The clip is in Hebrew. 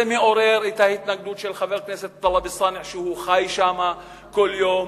זה מעורר את ההתנגדות של חבר הכנסת טלב אלסאנע שהוא חי שם כל יום,